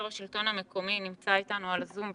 יושב ראש השלטון המקומי נמצא איתנו בזום,